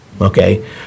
okay